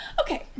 Okay